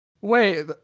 wait